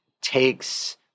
takes